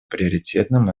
приоритетным